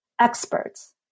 experts